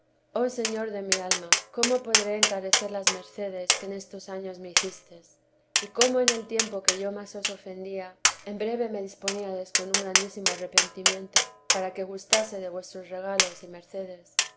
oh señor de mi alma cómo podré encarecer las mercedes que en estos años me hicistes y cómo en el tiempo que yo más os ofendía en breve me disponíades con un grandísimo arrepentimiento para que gustase de vuestros regalos y mercedes